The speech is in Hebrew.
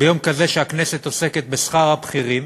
ביום כזה, שהכנסת עוסקת בשכר הבכירים,